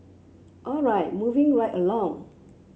all right moving right along